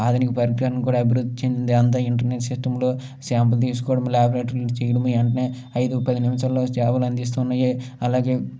ఆధునిక పరిజ్ఞానం కూడా అభివృద్ధి చెందిందే అంత ఇంటర్నెట్ సిస్టమ్లో శాంపిల్స్ తీసుకోవడము లాబరేటరీలో తీయడము వెంటనే ఐదు పది నిమిషాలలో సేవలందిస్తున్నాయి అలాగే